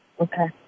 Okay